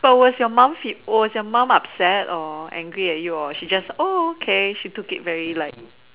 but was your mom feed oh was your mom upset or angry at you or she just oh okay she took it very light